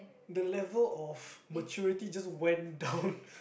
the level of maturity just went down